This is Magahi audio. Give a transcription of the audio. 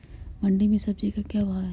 मंडी में सब्जी का क्या भाव हैँ?